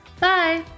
Bye